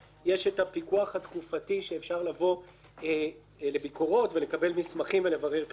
יש הפיקוח התקופתי שאפשר לבוא לביקורות ולקבל מסמכים ולברר תלונות.